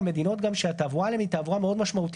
על מדינות גם שהתעבורה אליהן היא תעבורה מאוד משמעותית,